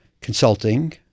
consulting